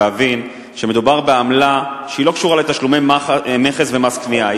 שמדובר בעמלה שהיא לא קשורה לתשלומי מכס ומס קנייה,